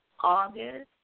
August